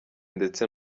ndetse